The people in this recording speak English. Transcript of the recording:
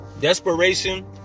Desperation